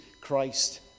Christ